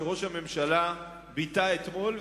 שראש הממשלה ביטא אתמול,